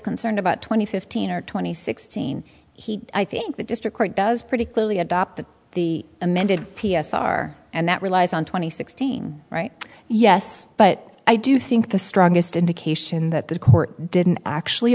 concern about twenty fifteen or twenty sixteen he i think the district court does pretty clearly adopt the amended p s r and that relies on twenty sixteen right yes but i do think the strongest indication that the court didn't actually